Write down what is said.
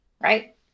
Right